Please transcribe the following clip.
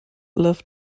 left